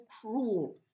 cruel